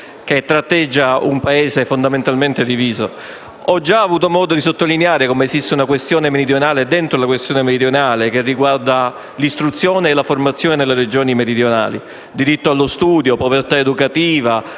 che tratteggia un Paese fondamentalmente diviso. Ho già avuto modo di sottolineare come esista una questione meridionale dentro la questione meridionale, che riguarda l'istruzione e la formazione nelle Regioni meridionali: diritto allo studio, povertà educativa,